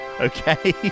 Okay